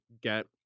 get